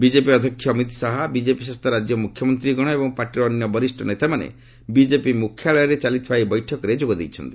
BJP ଅଧ୍ୟକ୍ଷ Amit Shah BJP ଶାସିତ ରାଜ୍ୟର ମୁଖ୍ୟମନ୍ତ୍ରୀଗଣ ଏବଂ ପାର୍ଟିର ଅନ୍ୟ ବରିଷ୍ଣ ନେତାମାନେ ବିଜେପି ମୁଖ୍ୟାଳୟରେ ଚାଲିଥିବା ଏହି ବୈଠକରେ ଯୋଗଦେଇଛନ୍ତି